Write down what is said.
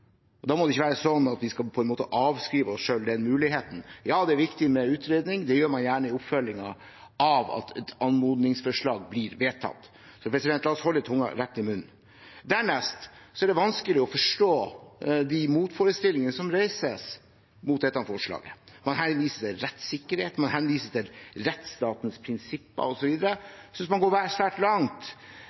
og da må det ikke være sånn at vi på en måte skal avskrives den muligheten. Ja, det er viktig med utredninger, men det gjør man gjerne i oppfølgingen av at et anmodningsforslag blir vedtatt. Så la oss holde tunga rett i munnen. Dernest er det vanskelig å forstå de motforestillingene som reises mot dette forslaget. Man henviser til rettssikkerhet, man henviser til rettsstatens prinsipper, osv. Jeg synes man går svært langt